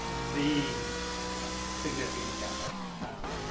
these significant capex expenses?